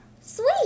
Sweet